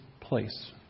place